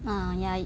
uh ya